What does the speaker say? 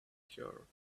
heart